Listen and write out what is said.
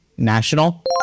national